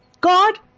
God